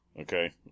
Okay